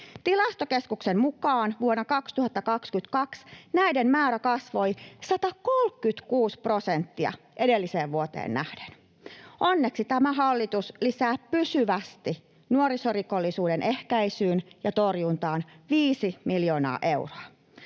Tilastokeskuksen mukaan vuonna 2022 näiden määrä kasvoi 136 prosenttia edelliseen vuoteen nähden. Onneksi tämä hallitus lisää pysyvästi nuorisorikollisuuden ehkäisyyn ja torjuntaan viisi miljoonaa euroa.